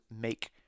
make